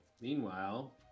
Meanwhile